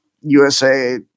USA